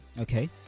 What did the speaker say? Okay